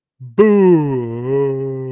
Boom